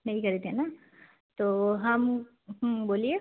नई खरीदनी है ना तो हम बोलिए